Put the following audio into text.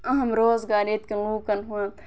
اہم روگار ییٚتہِ کٮ۪ن لُکَن ہُنٛد